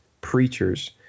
preachers